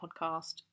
podcast